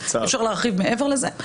אז אי-אפשר להרחיב מעבר לזה,